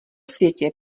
světě